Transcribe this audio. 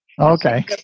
Okay